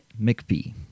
McPhee